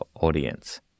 audience